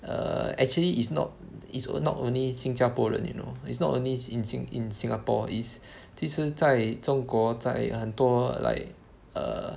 err actually is not is not only 新加坡人 you know it's not only in sin~ in Singapore is 其实在中国在很多 like err